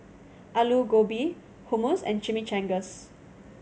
Alu Gobi Hummus and Chimichangas